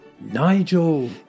Nigel